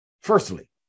firstly